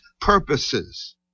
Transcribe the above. purposes